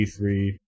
P3